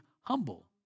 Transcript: humble